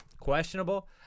questionable